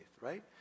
right